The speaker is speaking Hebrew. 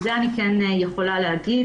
את זה אני כן יכולה להגיד.